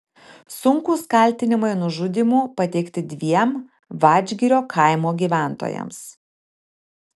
sunkūs kaltinimai nužudymu pateikti dviem vadžgirio kaimo gyventojams